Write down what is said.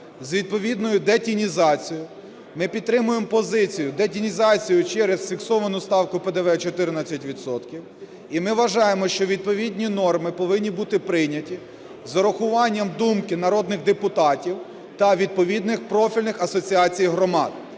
з відповідною детінізацією, ми підтримуємо позицію – детінізацію через фіксовану ставку ПДВ 14 відсотків. І ми вважаємо, що відповідні норми повинні бути прийняті з урахуванням думки народних депутатів та відповідних профільних асоціацій і громад.